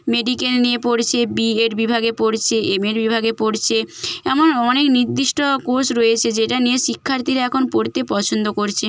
medical নিয়ে পড়ছে BEd বিভাগে পড়ছে এমএড বিভাগে পড়ছে এমন অনেক নির্দিষ্ট কোর্স রয়েছে যেটা নিয়ে শিক্ষার্থীরা এখন পড়তে পছন্দ করছে